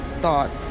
thoughts